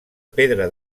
pedra